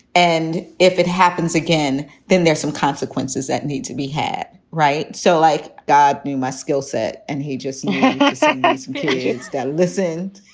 and if it happens again, then there's some consequences that need to be had. right. so like god, my skill set and he just set expectations that listened